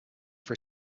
for